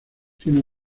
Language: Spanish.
tiene